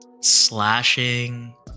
slashing